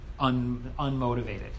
unmotivated